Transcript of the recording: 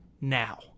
now